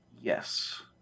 Yes